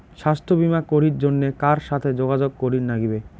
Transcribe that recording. স্বাস্থ্য বিমা করির জন্যে কার সাথে যোগাযোগ করির নাগিবে?